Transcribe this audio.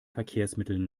verkehrsmitteln